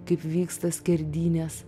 kaip vyksta skerdynės